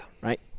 Right